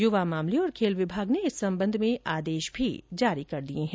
युवा मामले और खेल विभाग ने इस संबंध में आदेश भी जारी कर दिए हैं